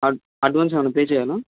advance ఏమైనా pay చేయాలా